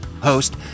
host